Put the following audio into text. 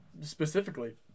specifically